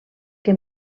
que